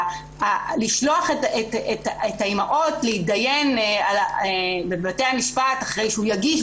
ולשלוח את האימהות להתדיין בבתי המשפט אחרי שהוא יגיש,